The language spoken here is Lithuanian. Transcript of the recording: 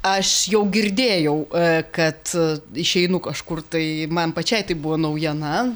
aš jau girdėjau kad išeinu kažkur tai man pačiai tai buvo naujiena